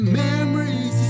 memories